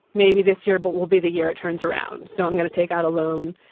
maybe this year but will be the year it turns around. so i'm going to take out a loan,